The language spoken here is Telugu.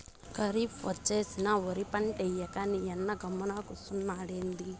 కరీఫ్ ఒచ్చేసినా ఒరి పంటేయ్యక నీయన్న గమ్మున కూసున్నాడెంది